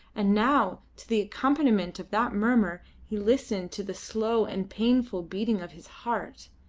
and now to the accompaniment of that murmur he listened to the slow and painful beating of his heart.